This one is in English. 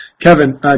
Kevin